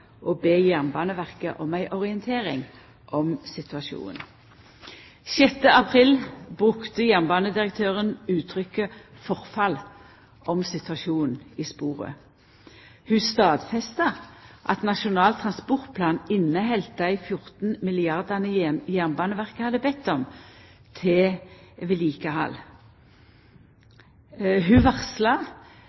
å be Jernbaneverket om ei orientering om situasjonen. Den 6. april brukte jernbanedirektøren uttrykket «forfall» om situasjonen i sporet. Ho stadfesta at Nasjonal transportplan inneheldt dei 14 milliardar kr som Jernbaneverket hadde bedt om til vedlikehald. Ho